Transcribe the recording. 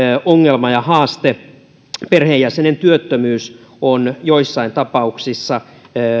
ongelma ja haaste perheenjäsenen työttömyys on joissain tapauksissa